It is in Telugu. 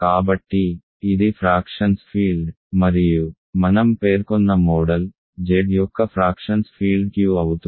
కాబట్టి ఇది ఫ్రాక్షన్స్ ఫీల్డ్ మరియు మనం పేర్కొన్న మోడల్ Z యొక్క ఫ్రాక్షన్స్ ఫీల్డ్ Q అవుతుంది